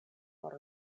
por